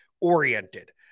oriented